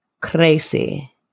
crazy